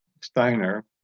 Steiner